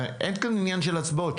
אין כאן עניין של הצבעות.